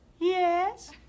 Yes